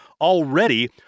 already